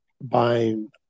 buying